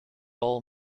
all